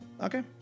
Okay